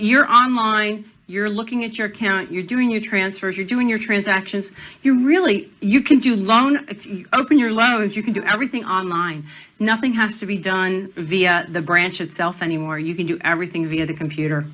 you're on line you're looking at your account you're doing your transfers you're doing your transactions you really you can do long if you open your lab and you can do everything online nothing has to be done via the branch itself anymore you can do everything via the computer